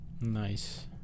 Nice